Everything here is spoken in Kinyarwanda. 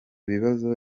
bibazo